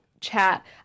chat